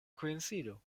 koincido